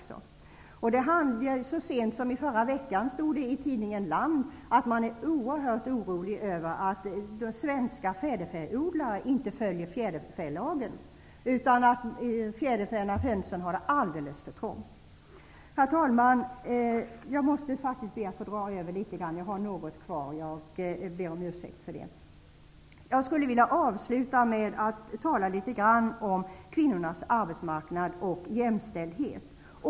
Så sent som i förra veckan stod det i tidningen Land att man är oerhört orolig över att svenska fjäderfäodlare inte följer fjäderfälagen, utan hönsen har det alldeles för trångt. Herr talman! Jag måste be att få dra över min tid litet grand, eftersom jag har en del av mitt anförande kvar. Jag ber om ursäkt. Jag skulle vilja avsluta med att tala litet grand om kvinnornas arbetsmarknad och jämställdhet.